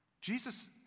Jesus